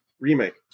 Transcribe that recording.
Remake